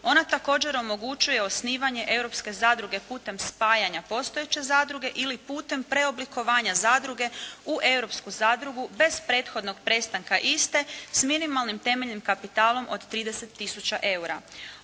Ona također omogućuje osnivanje europske zadruge putem spajanja postojeće zadruge ili putem preoblikovanja zadruge u europsku zadrugu bez prethodnog prestanka iste s minimalnim temeljnim kapitalom od 30 tisuća eura.